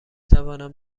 توانم